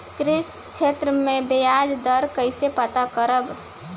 कृषि ऋण में बयाज दर कइसे पता करब?